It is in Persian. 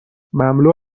مملو